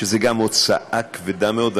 וגם זאת הוצאה כבדה מאוד,